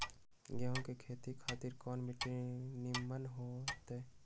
गेंहू की खेती खातिर कौन मिट्टी निमन हो ताई?